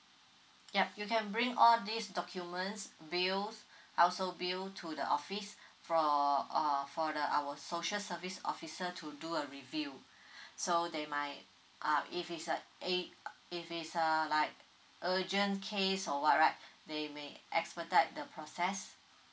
ya you can bring all these documents bills household bill to the office for uh for the our social service officer to do a review so they might uh if it's eh if it's a like urgent case or what right they may expedite the process